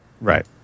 Right